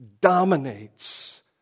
dominates